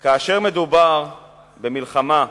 כאשר מדובר במלחמה,